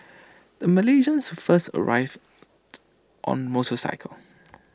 the Malaysians first arrived on motorcycle